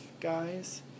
guys